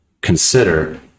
consider